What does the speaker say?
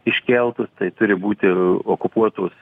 iškeltus tai turi būti okupuotos